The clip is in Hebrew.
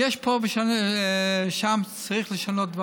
פה ושם יש דברים שצריך לשנות,